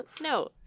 No